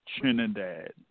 Trinidad